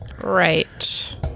Right